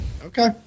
okay